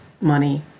money